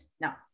Now